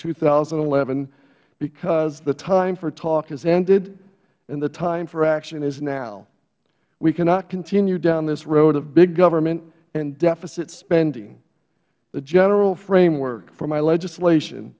two thousand and eleven because the time for talk has ended and the time for action is now we cannot continue down this road of big government and deficit spending the general framework for my legislation